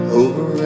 over